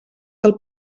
del